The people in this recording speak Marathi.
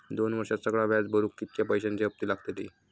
दोन वर्षात सगळा व्याज भरुक कितक्या पैश्यांचे हप्ते लागतले?